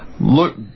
Look